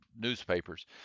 newspapers